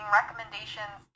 recommendations